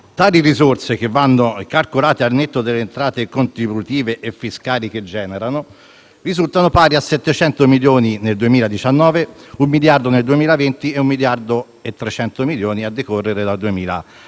Tali risorse, che vanno calcolate al netto delle entrate contributive e fiscali che generano, risultano pari a 700 milioni nel 2019, un miliardo nel 2020 e 1,3 miliardi a decorrere dal 2021,